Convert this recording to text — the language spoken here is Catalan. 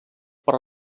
per